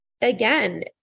again